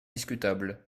discutable